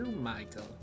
Michael